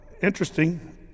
interesting